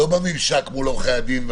לא בממשק מול עורכי הדין,